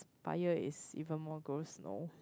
fire is even more gross no